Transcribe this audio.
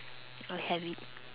I have it